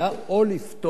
או לפטור,